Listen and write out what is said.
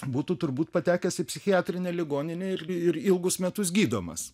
būtų turbūt patekęs į psichiatrinę ligoninę ir ilgus metus gydomas